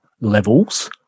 levels